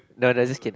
no no just kidding